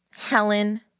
Helen